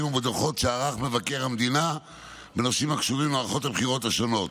ובדוחות שערך מבקר המדינה בנושאים הקשורים למערכות הבחירות השונות